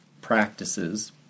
practices